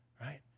Right